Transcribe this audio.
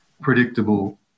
predictable